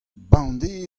bemdez